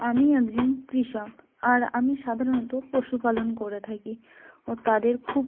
আমি একজন কৃষক আর আমি সাধারণত পশুপালন করে থাকি ও তাদের খুব